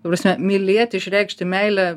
ta prasme mylėti išreikšti meilę